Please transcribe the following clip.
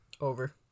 Over